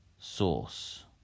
source